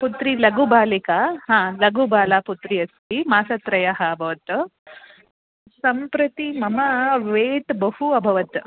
पुत्री लघुबालिका हा लघुबाला पुत्री अस्ति मास त्रयः अभवत् सम्प्रति मम वेट् बहु अभवत्